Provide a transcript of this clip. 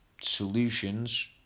solutions